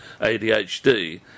ADHD